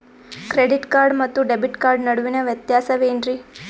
Credit card ಮತ್ತು debit card ನಡುವಿನ ವ್ಯತ್ಯಾಸ ವೇನ್ರೀ?